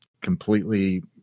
completely